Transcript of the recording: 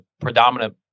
predominant